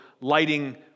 lighting